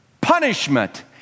punishment